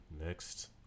next